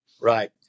Right